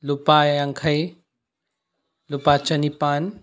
ꯂꯨꯄꯥ ꯌꯥꯡꯈꯩ ꯂꯨꯄꯥ ꯆꯅꯤꯄꯥꯟ